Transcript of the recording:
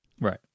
Right